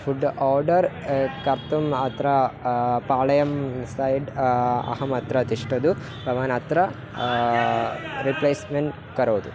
food order कर्तुम् अत्र पाळयं सैड् अहमत्र तिष्ठतु भवान् अत्र रिप्लेस्मेन्ट् करोतु